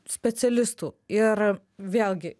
specialistų ir vėlgi